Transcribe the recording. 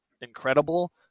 incredible